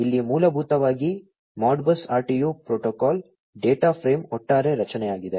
ಆದ್ದರಿಂದ ಇಲ್ಲಿ ಮೂಲಭೂತವಾಗಿ ಮಾಡ್ಬಸ್ RTU ಪ್ರೋಟೋಕಾಲ್ ಡೇಟಾ ಫ್ರೇಮ್ನ ಒಟ್ಟಾರೆ ರಚನೆಯಾಗಿದೆ